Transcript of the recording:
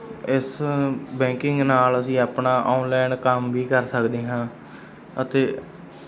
ਇਸ ਬੈਂਕਿੰਗ ਨਾਲ ਅਸੀਂ ਆਪਣਾ ਔਨਲਾਈਨ ਕੰਮ ਵੀ ਕਰ ਸਕਦੇ ਹਾਂ ਅਤੇ